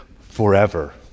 forever